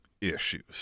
issues